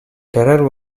terror